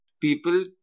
people